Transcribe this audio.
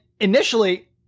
initially